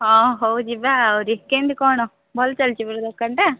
ହଁ ହଁ ଯିବା ଆଉ କେମିତି କ'ଣ ଭଲ ଚାଲିଛି ପରା ଦୋକାନଟା